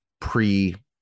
pre